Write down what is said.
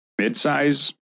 midsize